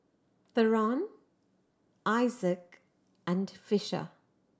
Theron Isaak and Fisher